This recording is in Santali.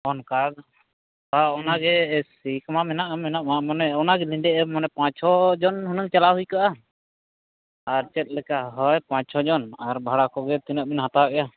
ᱚᱱᱠᱟ ᱦᱮᱸ ᱚᱱᱟᱜᱮ ᱮᱹ ᱥᱤ ᱠᱚ ᱢᱟ ᱢᱮᱱᱟᱜᱼᱟ ᱢᱮᱱᱟᱜ ᱢᱟ ᱚᱱᱟᱜᱮ ᱧᱤᱫᱟᱹ ᱮᱢ ᱢᱟᱱᱮ ᱯᱟᱪᱼᱪᱷᱚ ᱡᱚᱱ ᱦᱩᱱᱟᱹᱝ ᱪᱟᱞᱟᱣ ᱦᱩᱭᱠᱚᱜᱼᱟ ᱟᱨ ᱪᱮᱫᱞᱮᱠᱟ ᱦᱚᱲ ᱯᱟᱪᱼᱪᱷᱚ ᱡᱚᱱ ᱵᱷᱟᱲᱟ ᱠᱚᱜᱮ ᱛᱤᱱᱟᱹᱜᱵᱤᱱ ᱦᱟᱛᱟᱣᱮᱫᱼᱟ